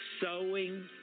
sowing